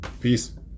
Peace